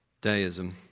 deism